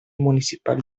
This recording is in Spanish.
municipal